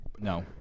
No